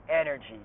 energy